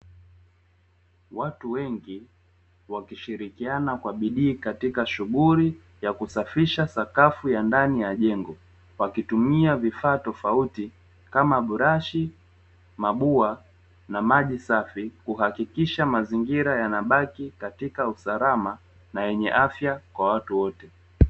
Watu wengi wakishirikiana kwa bidii katika shughuli ya kusafisha sakafu ya ndani ya jengo, wakitumia vifaa tofauti kama brashi, mabua na maji safi kuhakikisha mazingira yanabaki katika usalama na yenye afya kwa watu wote.